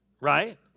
Right